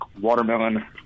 watermelon